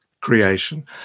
creation